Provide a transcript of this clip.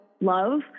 love